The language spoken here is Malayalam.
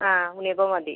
ആ ഉണ്ണിയപ്പം മതി